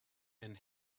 and